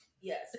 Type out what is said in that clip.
Yes